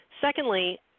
Secondly